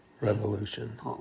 Revolution